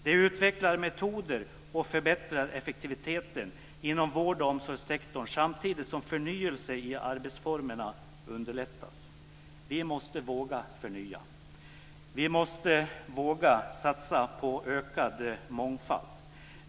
Det utvecklar metoder och förbättrar effektiviteten inom vård och omsorgssektorn samtidigt som förnyelse i arbetsformerna underlättas. Vi måste våga förnya. Vi måste våga satsa på ökad mångfald.